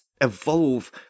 evolve